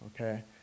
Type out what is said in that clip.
Okay